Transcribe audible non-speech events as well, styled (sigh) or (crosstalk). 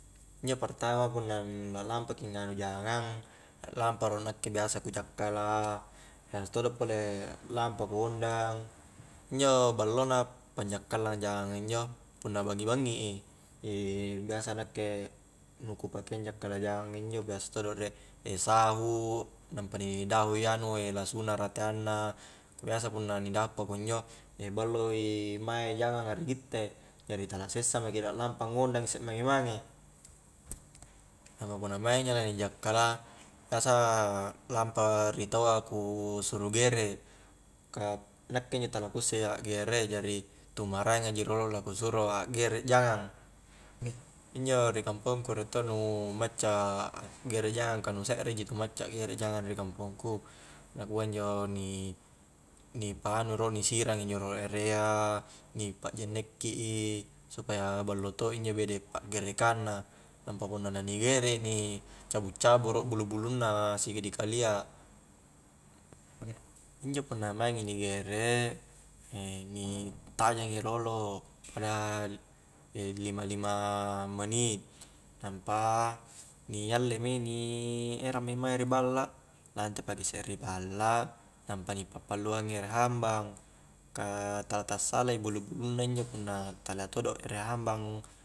Injo pertama punna na lampa ki nganu jangang, a'lampa ro nakke biasa ku jakkala biasa todo pole lampa ku ondang injo balo na panjakkallang jangang a injo punna bangngi-bangngi i (hesitation) biasa nakke nu ku pakea anjakkala jangang injo biasa todo riek (hesitation) sahu' nampa ni dahu i anu (hesitation) lasuna rateanna ka biasa punna ni dahu pakunjo (hesitation) ballo i mae jangang a ri gitte jari tala sessa maki la lampa ngondang isse mange-mange nampa punna maing injo la ni jakkala biasa lampa ri taua ku suru gerek ka nakke injo tala ku usse akgere jari tu maraenga ji rolo la ku suro akgere jangang injo ri kampongku riek todo nu macca akgere jangang, ka nu sekre ji tu macca akgere jangang ri kampong ku nakua injo ni-ni pa anu ro ni sirangi injo rolo erea, ni pa'jenneki i supaya ballo to injo bede' pakgerekang na nampa punna na ni gerek ni cabu-cabu' i ro' bulu-bulunna sikidi kalia injo punna maingi ni gerek (hesitation) ni tajangi rolo (unintelligible) lima-lima meni' nampa ni alle mi ni erangmi mae ri balla lante paki isse ri balla nampa ni pappalluang i ere hambang ka tala tassala i bulu-bulunna injo punna talia todo ere hambang